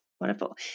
wonderful